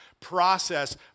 process